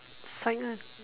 side lah